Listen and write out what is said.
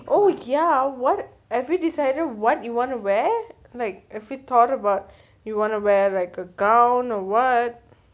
oh ya what have you decided what you want to wear like a least you thought about you wanna wear like a gown or what